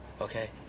okay